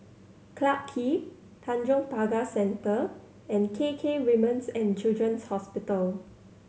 Clarke Quay Tanjong Pagar Centre and K K Women's And Children's Hospital